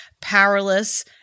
powerless